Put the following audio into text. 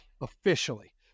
Officially